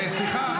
סליחה.